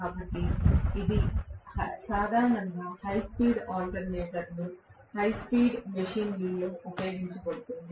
కాబట్టి ఇది సాధారణంగా హై స్పీడ్ ఆల్టర్నేటర్ లేదా హై స్పీడ్ మెషీన్లలో ఉపయోగించబడుతుంది